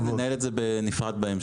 ההצעה מקובלת, ננהל את זה בנפרד בהמשך.